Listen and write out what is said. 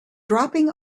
dropping